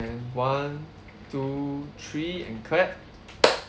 and one two three and clap